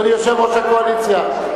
אדוני יושב-ראש הקואליציה,